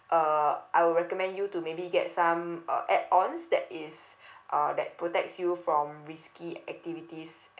uh I will recommend you to maybe get some uh add ons that is uh that protects you from risky activities